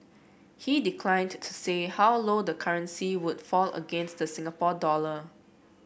he declined to say how low the currency would fall against the Singapore dollar